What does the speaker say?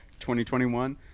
2021